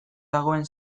dagoen